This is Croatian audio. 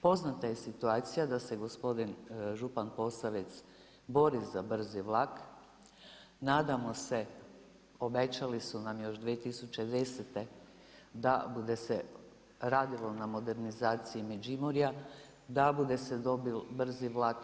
Poznata je situacija da se gospodin župan Posavec bori za brzi vlak, nadamo se obećali su nam još 2010. da bude se radilo na modernizaciji Međimurja, da bude se dobio brzi vlak.